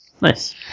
nice